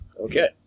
Okay